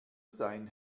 sein